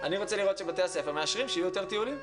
אני רוצה לראות שבתי הספר מאשרים שיהיו יותר טיולים.